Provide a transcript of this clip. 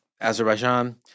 azerbaijan